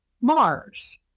Mars